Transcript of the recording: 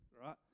right